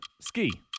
Ski